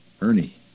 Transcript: Ernie